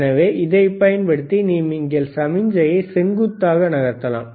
எனவே இதைப் பயன்படுத்தி நீங்கள் சமிக்ஞையை செங்குத்தாக நகர்த்தலாம்